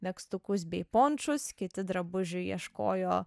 megztukus bei punšus kiti drabužių ieškojo